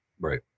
Right